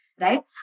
right